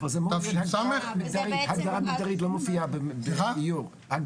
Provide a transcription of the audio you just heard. תש"ס --- הגדרה מגדרית לא מופיעה --- לא,